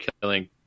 killing